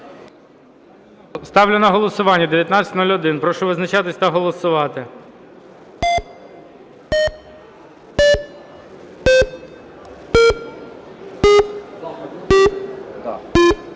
Ставлю на голосування 3468. Прошу визначатися та голосувати.